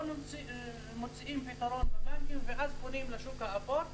לא מוצאים פתרון בבנקים ואז פונים לשוק האפור,